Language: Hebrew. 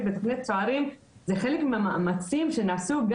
בתכנית צוערים זה תוצאה של מאמצים שנעשו,